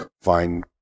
fine